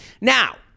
Now